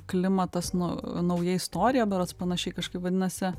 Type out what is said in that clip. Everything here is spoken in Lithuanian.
klimatas na nauja istorija berods panašiai kažkaip vadinasi